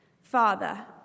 Father